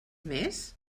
més